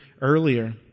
earlier